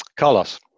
Carlos